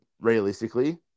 realistically